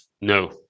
No